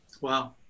Wow